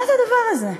מה זה הדבר הזה?